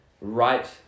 right